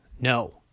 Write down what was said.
No